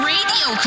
Radio